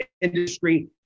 industry